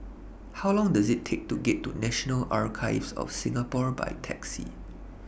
How Long Does IT Take to get to National Archives of Singapore By Taxi